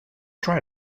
try